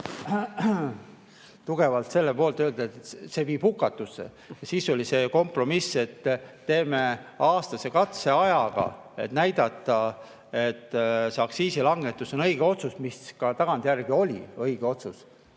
tugevalt selle eest, et öelda, et see viib hukatusse. Siis oli see kompromiss, et teeme aastase katseajaga, et näidata, et see aktsiisilangetus on õige otsus. Tagantjärgi hinnates